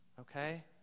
Okay